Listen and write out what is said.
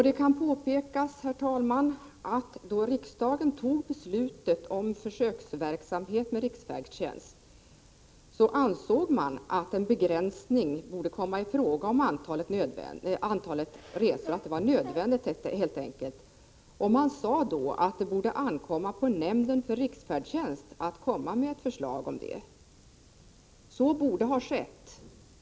Det kan framhållas att då riksdagen fattade beslutet om försöksverksamhet med riksfärdtjänst ansåg man att en begränsning av antalet resor helt enkelt var nödvändig. Man sade då att det borde ankomma på nämnden för riksfärdtjänst att komma med ett förslag om det. Så borde ha skett.